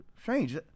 Strange